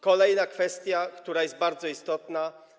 Kolejna kwestia, która jest bardzo istotna.